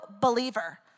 believer